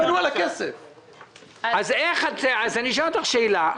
אז אני שואל אותך שאלה.